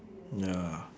ya